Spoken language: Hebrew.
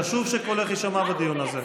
חשוב שקולך יישמע בדיון הזה.